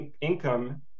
income